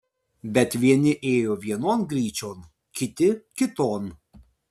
bet vieni ėjo vienon gryčion kiti kiton